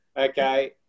Okay